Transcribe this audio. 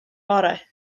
bore